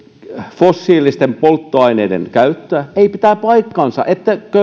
fossiilisten polttoaineiden käyttöä ei pidä paikkaansa ettekö